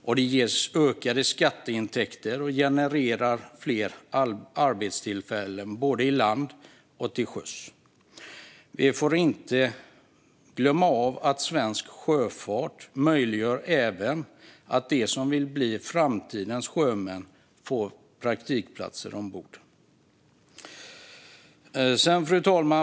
Det ger även ökade skatteintäkter och genererar fler arbetstillfällen både på land och till sjöss. Vi får inte glömma att Svensk Sjöfart även möjliggör för dem som vill bli framtidens sjömän att få praktikplatser ombord. Fru talman!